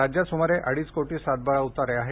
राज्यात सुमारे अडीच कोटी सात बारा उतारा आहेत